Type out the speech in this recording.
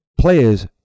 Players